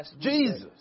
Jesus